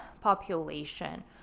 population